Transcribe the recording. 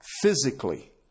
physically